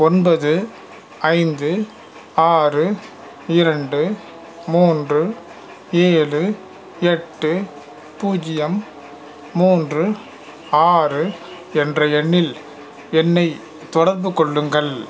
ஒன்பது ஐந்து ஆறு இரண்டு மூன்று ஏழு எட்டு பூஜ்ஜியம் மூன்று ஆறு என்ற எண்ணில் என்னைத் தொடர்புக்கொள்ளுங்கள்